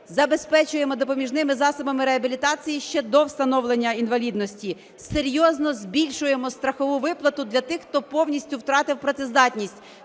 забезпечуємо допоміжними засобами реабілітації ще до встановлення інвалідності, серйозно збільшуємо страхову виплату для тих, хто повністю втратив працездатність,